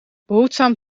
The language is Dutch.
behoedzaam